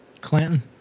Clinton